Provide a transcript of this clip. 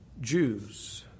Jews